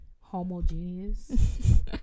homogeneous